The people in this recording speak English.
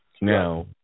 Now